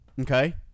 Okay